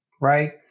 right